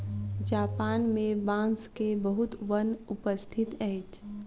Japan मे बांस के बहुत वन उपस्थित अछि